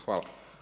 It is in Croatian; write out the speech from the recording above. Hvala.